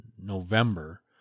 November